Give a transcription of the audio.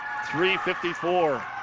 3-54